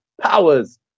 powers